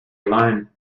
alone